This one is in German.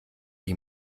die